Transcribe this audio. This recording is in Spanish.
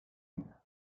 vida